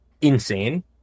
insane